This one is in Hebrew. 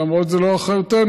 למרות שזו לא אחריותנו,